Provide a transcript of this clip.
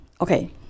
okay